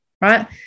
right